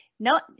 No